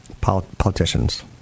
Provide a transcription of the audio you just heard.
politicians